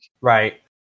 right